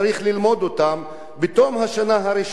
אז הוא ממשיך.